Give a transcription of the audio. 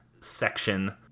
section